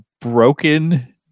broken